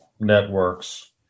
networks